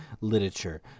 literature